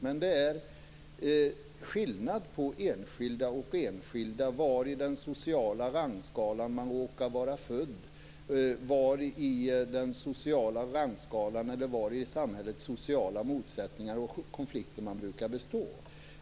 Men det är skillnad på enskilda och enskilda beroende på var i den sociala rangskalan man råkar vara född eller var i samhällets sociala motsättningar och konflikter man står.